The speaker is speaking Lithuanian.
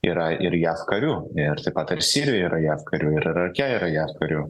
yra ir jav karių ir taip pat ir sirijoje yra jav karių ir irake yra jav karių